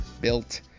built